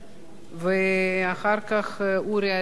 אחריו, אורי אריאל.